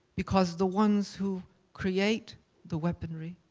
because the ones who create the weaponry,